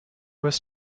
was